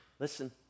Listen